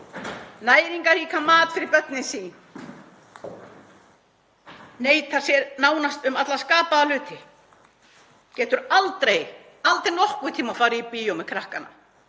næringarríkan mat fyrir börnin sín, neitar sér nánast um alla skapaða hluti, getur aldrei nokkurn tíma farið í bíó með krakkana,